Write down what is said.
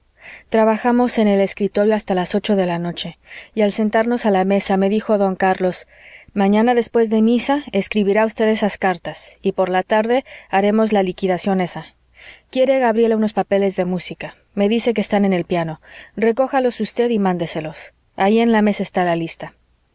trabajamos en el escritorio hasta las ocho de la noche y al sentarnos a la mesa me dijo don carlos mañana después de misa escribirá usted esas cartas y por la tarde haremos la liquidación esa quiere gabriela unos papeles de música me dice que están en el piano recójalos usted y mándeselos ahí en la mesa está la lista